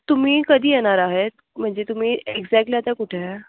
तुम्ही कधी येणार आहे म्हणजे तुम्ही एक्झॅक्टली आता कुठे आहे